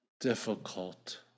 difficult